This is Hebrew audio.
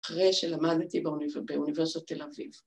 ‫אחרי שלמדתי באוניברסיטת תל אביב.